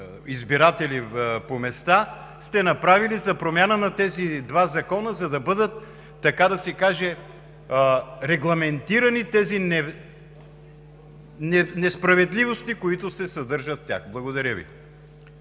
избиратели по места, за промяна на тези два закона, за да бъдат, така да се каже, регламентирани тези несправедливости, които се съдържат в тях? Благодаря Ви.